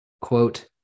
quote